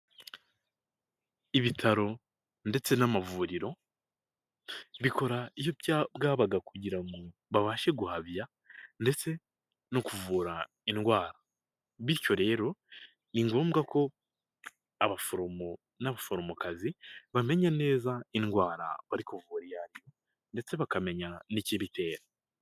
Ibitaro ndetse n'amavuriro bikora iyo bwabaga kugira ngo babashe guhabya ndetse no kuvura indwara bityo rero ni ngombwa ko abaforomo n'abaforomokazi bamenya neza indwara bari kuvura ndetse bakamenya n'ikibitera.